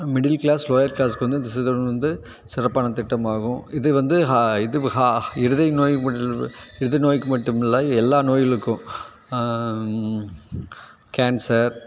middle class lower க்ளாஸ்க்கு வந்து இந்த சிஸ்டம் வந்து சிறப்பான திட்டமாகும் இது வந்து இது இருதயம் மட்டும இருதய நோய்க்கும் மட்டும்மல்ல இது எல்லாம் நோய்களுக்கும் கேன்ஸர்